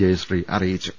ജയശ്രീ അറിയിച്ചു